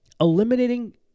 eliminating